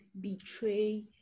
betray